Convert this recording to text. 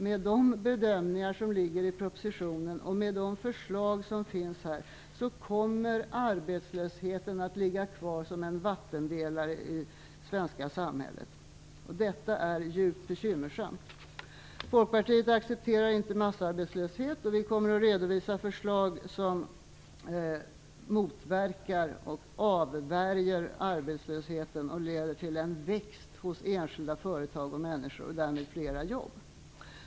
Med de bedömningar och förslag som finns i propositionen kommer också arbetslösheten att ligga kvar som en vattendelare i det svenska samhället. Detta är djupt bekymmersamt. Folkpartiet accepterar inte massarbetslöshet, och vi kommer att redovisa förslag som motverkar och avvärjer arbetslösheten och leder till växande hos enskilda företag och människor och därmed till flera jobb.